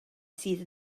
sydd